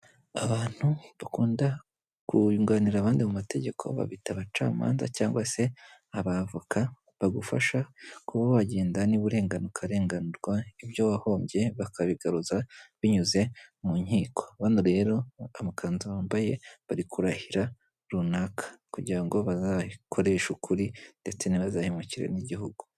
Abantu bakunda kunganira abandi mu mategeko babita abacamanza cyangwa se abavoka, bagufasha kuba wagenda niba urengana ukarenganurwa, ibyo wahombye bakabigaruza binyuze mu nkiko, bano rero amakanzu bambaye bari kurahira runaka kugira ngo bazakoreshe ukuri ndetse ntibazahemukire n'igihugu.